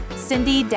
Cindy